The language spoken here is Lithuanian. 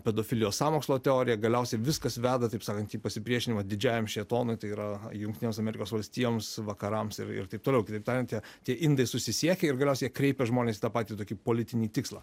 pedofilijos sąmokslo teorija galiausiai viskas veda taip sakant į pasipriešinimą didžiajam šėtonui tai yra jungtinėms amerikos valstijoms vakarams ir ir taip toliau kitaip tariant jie tie indai susisiekia ir galiausiai jie kreipia žmones į tą patį tokį politinį tikslą